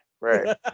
Right